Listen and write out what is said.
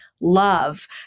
love